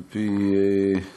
על פי סדר-היום,